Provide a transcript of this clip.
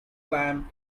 liam